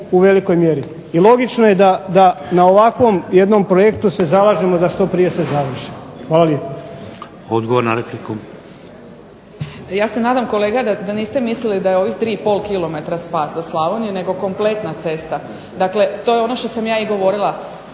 u velikoj mjeri. I logično je da na ovakvom jednom projektu se zalažemo da što prije se završi. Hvala lijepa. **Šeks, Vladimir (HDZ)** Odgovor na repliku. **Borzan, Biljana (SDP)** Ja se nadam kolega da niste mislili da ovih 3,5km spas za Slavoniju nego kompletna cesta. Dakle, to je ono što sam ja i govorila,